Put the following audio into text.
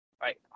right